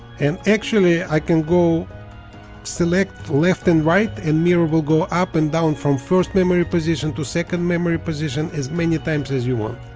and actually i can go select left and right and mirror will go up and down from first memory position to second memory position as many times as you want